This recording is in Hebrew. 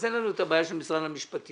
אין לנו את הבעיה של משרד המשפטים.